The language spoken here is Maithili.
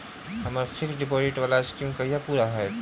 हम्मर फिक्स्ड डिपोजिट वला स्कीम कहिया पूरा हैत?